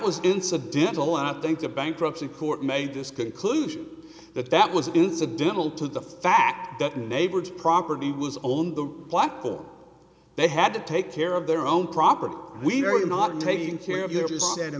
was incidental and i think the bankruptcy court made this conclusion that that was incidental to the fact that neighbor's property was owned the block or they had to take care of their own property we're not taking care of your